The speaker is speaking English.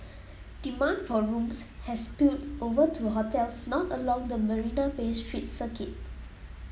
demand for rooms has spilled over to hotels not along the Marina Bay street circuit